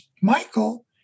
Michael